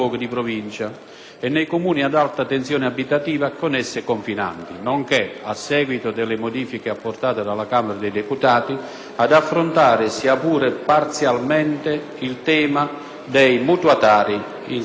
e nei Comuni ad alta tensione abitativa con essi confinanti, nonché, a seguito delle modifiche apportate dalla Camera dei deputati, ad affrontare, sia pure parzialmente, il tema dei mutuatari insolventi.